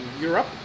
Europe